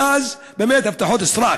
ואז, באמת, הבטחות סרק.